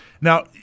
Now